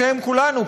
בשם כולנו,